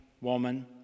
woman